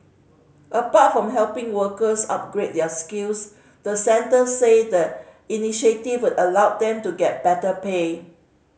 apart from helping workers upgrade their skills the centre said the initiative would allow them to get better pay